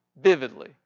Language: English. vividly